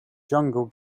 jungle